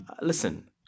listen